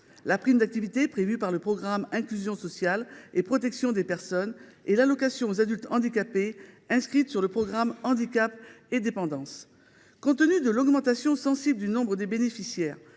la prime d’activité, inscrite dans le programme « Inclusion sociale et protection des personnes », et l’allocation aux adultes handicapées dans le programme « Handicap et dépendance ». Compte tenu de l’augmentation sensible du nombre des bénéficiaires,